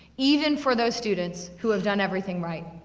even for those students who have done everything right.